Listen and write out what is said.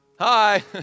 hi